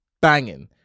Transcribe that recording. Banging